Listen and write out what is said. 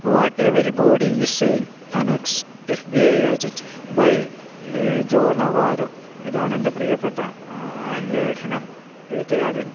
what everybody is saying an ex F B I agent by Joe Navarro ഇതാണെൻ്റെ പ്രിയപ്പെട്ട ലേഖനം എഴുത്തുകാരൻ